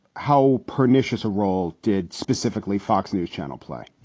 how pernicious a role did specifically fox news channel play?